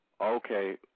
Okay